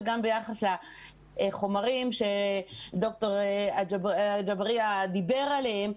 וגם ביחס לחומרים שד"ר אגבאריה דיבר עליהם.